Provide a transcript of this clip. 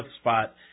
spot